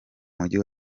mujyi